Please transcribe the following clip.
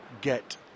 get